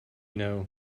know